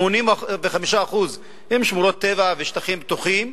85% הם שמורות טבע ושטחים פתוחים.